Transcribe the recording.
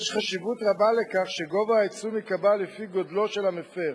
יש חשיבות רבה לכך שגובה העיצום ייקבע לפי גודלו של המפר,